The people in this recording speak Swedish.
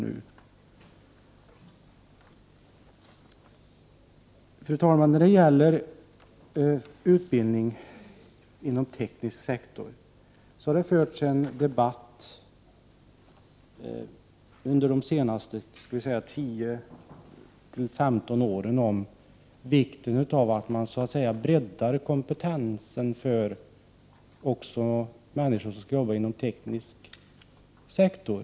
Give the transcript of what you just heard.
Fru talman! När det gäller utbildningen inom den tekniska sektorn har det under de senaste 10-15 åren förts en debatt om vikten av att man så att säga breddar kompetensen hos de människor som skall arbeta inom den tekniska sektorn.